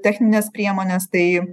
techninės priemonės tai